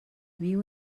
viu